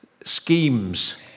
schemes